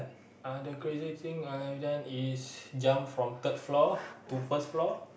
ah the craziest thing I have done is jump from third floor to first floor